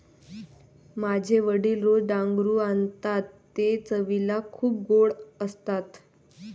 माझे वडील रोज डांगरू आणतात ते चवीला खूप गोड असतात